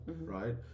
right